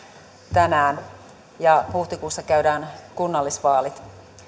tänään ja huhtikuussa käydään kunnallisvaalit